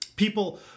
People